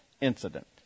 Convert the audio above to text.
incident